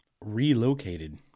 relocated